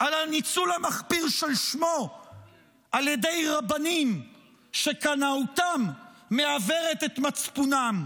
על הניצול המחפיר של שמו על ידי רבנים שקנאותם מעוורת את מצפונם.